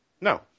No